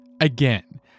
again